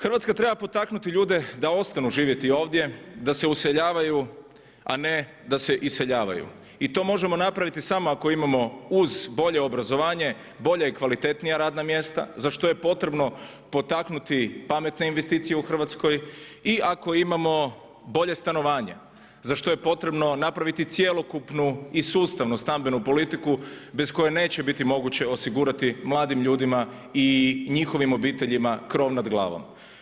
Hrvatska treba potaknuti ljude da ostanu živjeti ovdje, da se useljavaju a ne da se iseljavaju i to možemo napraviti samo ako imamo uz bolje obrazovanje bolja i kvalitetnija radna mjesta za što je potrebno potaknuti pametne investicije u Hrvatskoj i ako imamo bolje stanovanje za što je potrebno napraviti cjelokupnu i sustavnu stambenu politiku bez koje neće biti moguće osigurati mladim ljudima i njihovim obiteljima krov nad glavom.